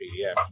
PDF